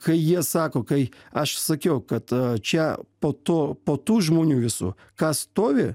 kai jie sako kai aš sakiau kad čia po to po tų žmonių visų kas stovi